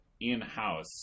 in-house